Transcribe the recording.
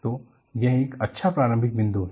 तो यह एक अच्छा प्रारंभिक बिंदु है